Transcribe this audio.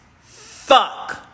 fuck